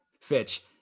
Fitch